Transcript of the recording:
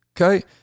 Okay